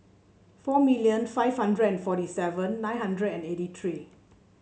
four million five hundred and forty seven nine hundred and eighty three